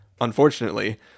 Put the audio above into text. Unfortunately